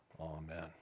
Amen